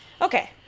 Okay